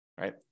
right